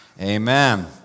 Amen